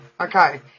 okay